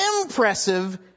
impressive